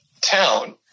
town